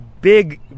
big